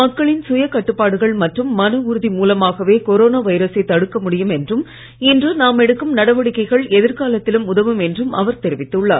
மக்களின் சுய கட்டுப்பாடுகள் மற்றும் மன உறுதி மூலமாகவே கொரோனா வைரசை தடுக்க முடியும் என்றும் இன்று நாம் எடுக்கும் நடவடிக்கைகள் எதிர்காலத்திலும் உதவும் என்றும் அவர் தெரிவித்துள்ளார்